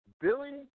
Billy